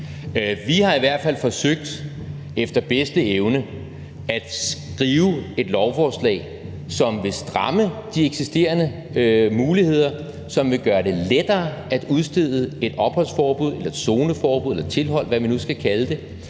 Vi har i hvert fald forsøgt efter bedste evne at skrive et forslag til lovforslaget, som vil stramme de eksisterende muligheder, som vil gøre det lettere at udstede et opholdsforbud, et zoneforbud, et tilhold, eller hvad vi nu skal kalde det,